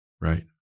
Right